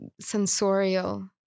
sensorial